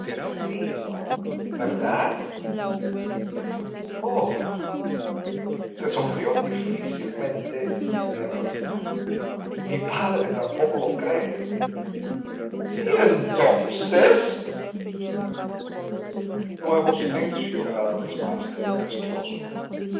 clandestino verdad oh se sonrió difícilmente nébel mi padre tampoco lo cree y entonces nuevo silencio cada vez más tempestuoso es por mí